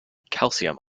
calcium